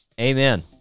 Amen